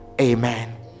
Amen